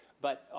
but